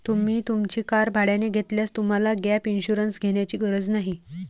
तुम्ही तुमची कार भाड्याने घेतल्यास तुम्हाला गॅप इन्शुरन्स घेण्याची गरज नाही